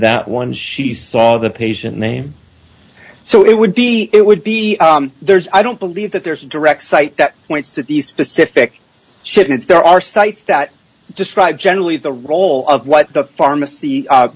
that once she saw the patient name so it would be it would be theirs i don't believe that there's a direct cite that points to these specific shipments there are sites that describe generally the role of what the pharmacy